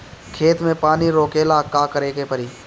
खेत मे पानी रोकेला का करे के परी?